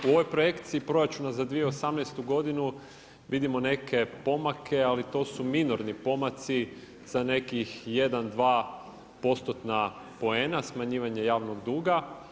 U ovoj projekciji proračuna za 2018. godinu vidimo neke pomake, ali to su minorni pomaci sa nekih 1, 2%-tna poena smanjivanje javnog duga.